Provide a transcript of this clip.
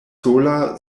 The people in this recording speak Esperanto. sola